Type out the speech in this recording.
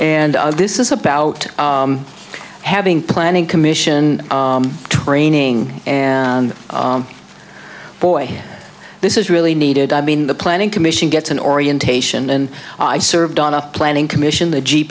and this is about having planning commission training and boy this is really needed i mean the planning commission gets an orientation and i served on a planning commission the g